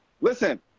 Listen